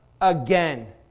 again